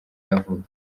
yavutse